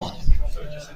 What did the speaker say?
کنیم